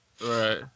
Right